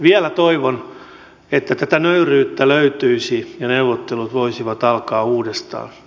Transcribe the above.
vielä toivon että tätä nöyryyttä löytyisi ja neuvottelut voisivat alkaa uudestaan